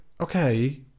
okay